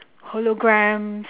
holograms